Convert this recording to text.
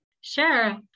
Sure